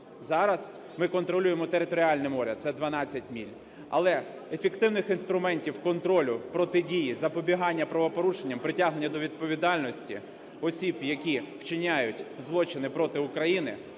Зараз ми контролюємо територіальне море – це 12 миль. Але ефективних інструментів контролю протидії, запобігання правопорушенням притягнення до відповідальності осіб, які вчиняють злочини проти України